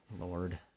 Lord